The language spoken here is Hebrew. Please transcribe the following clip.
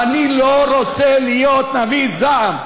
ואני לא רוצה להיות נביא זעם.